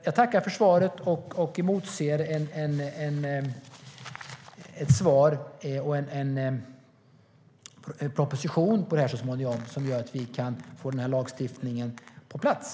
Jag tackar försvarsministern och emotser en proposition så småningom så att vi kan få en lagstiftning på plats.